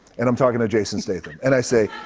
and i'm talking to jason statham. and i say,